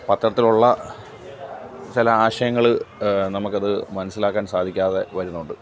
പത്രത്തിലുള്ള ചില ആശയങ്ങൾ നമ്മുക്കത് മനസ്സിലാക്കാൻ സാധിക്കാതെ വരുന്നുണ്ട്